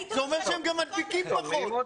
זה אומר שהם גם מדביקים פחות.